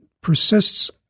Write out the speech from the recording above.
persists